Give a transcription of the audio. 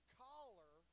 collar